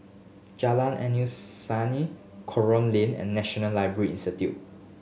Jalan Senin Kerong Lane and National Library Institute